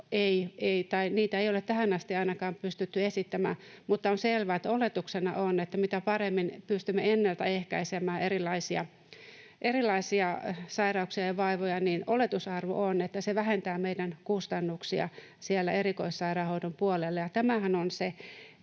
ainakaan tähän asti pystytty esittämään, mutta on selvää, että oletuksena on, että mitä paremmin pystymme ennalta ehkäisemään erilaisia sairauksia ja vaivoja, niin se vähentää meidän kustannuksia siellä erikoissairaanhoidon puolella. Tämähän on se